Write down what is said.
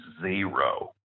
zero